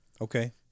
Okay